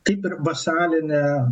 kaip ir vasalinė